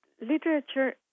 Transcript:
Literature